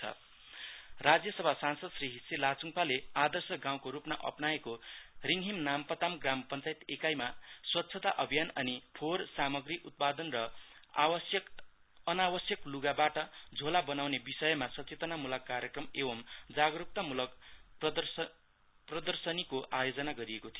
स्वच्छता राज्यसभा सांसद श्री हिस्से लाचुङपाले आदर्श गाउँको रुपमा अपनाएको रिङहिम नामपताम ग्राम पञ्चायत एकाईमा स्वच्छता अभियान अनि फोहोर सामग्रीउत्पाद र अनावस्यक लुगाबाट झोला बनाउने विषयमा सचेतनामूलक कार्यक्रम एर्वम जागरुकतामूलक प्रदर्शनीको आयोजना गरिएको थियो